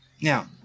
Now